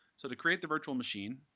so to create the virtual machine,